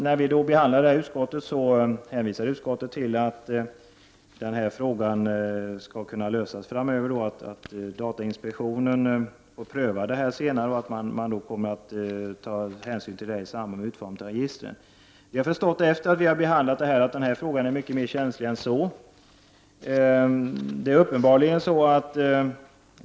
När vi behandlade denna fråga i utskottet hänvisade vi till att frågan skulle kunna lösas framöver genom att datainspektionen får pröva frågan senare. Detta kommer man att ta hänsyn till i samband med utformningen av registren. Efter det att vi har behandlat frågan har vi förstått att den är mycket mer känslig än så.